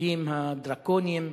החוקים הדרקוניים